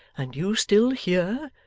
and you still here!